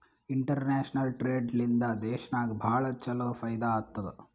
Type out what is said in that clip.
international trade ಲಿಂದಾ ದೇಶನಾಗ್ ಭಾಳ ಛಲೋ ಫೈದಾ ಆತ್ತುದ್